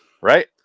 Right